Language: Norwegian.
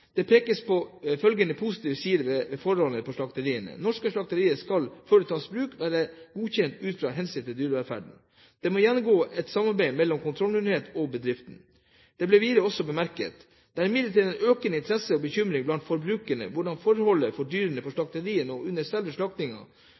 Det pekes på følgende positive sider ved forholdene på slakteriene: – Norske slakterier skal før de tas i bruk, være godkjent ut fra hensynet til dyrevelferden. – Det er gjennomgående et godt samarbeid mellom kontrollmyndighet og bedriften.» Det ble videre bemerket: «Det er imidlertid en økende interesse og bekymring blant forbrukerne om hvordan forholdene er for dyrene på